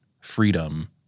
freedom